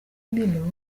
mirror